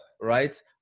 right